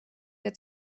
der